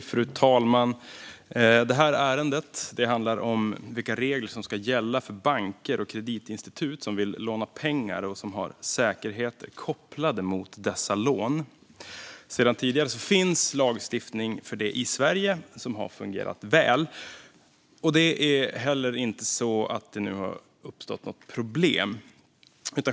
Fru talman! Detta ärende handlar om vilka regler som ska gälla för banker och kreditinstitut som vill låna pengar och som har säkerheter kopplade mot dessa lån. Sedan tidigare finns lagstiftning för det i Sverige, och den har fungerat väl. Det har heller inte uppstått något problem.